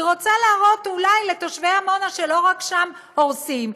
היא רוצה להראות אולי לתושבי עמונה שלא רק שם הורסים,